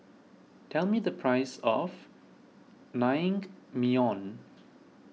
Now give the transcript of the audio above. tell me the price of Naengmyeon